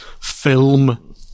Film